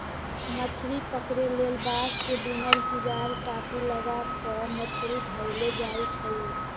मछरी पकरे लेल बांस से बिनल तिजार, टापि, लगा क मछरी धयले जाइ छइ